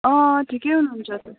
अँ ठिकै हुनुहुन्छ त